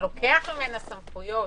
שלוקח ממנה סמכויות,